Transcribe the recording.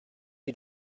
you